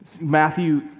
Matthew